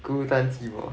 孤单寂寞